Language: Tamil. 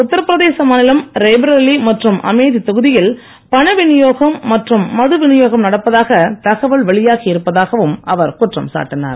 உத்தரபிரதேச மாநிலம் ரேபரேலி மற்றும் அமேதி தொகுதியில் பண விநியோகம் மற்றும் மது விநியோகம் நடப்பதாக தகவல் வெளியாகி இருப்பதாகவும் அவர் குற்றம் சாட்டினார்